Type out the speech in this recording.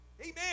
amen